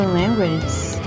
languages